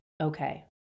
okay